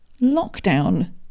lockdown